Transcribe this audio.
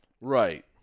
Right